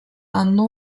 hanno